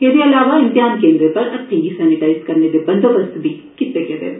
एहदे अलावा म्तेहान केन्द्रे पर हत्थे गी सैनीटाईज करने दे बंदोबस्त बी कीते गे न